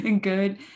good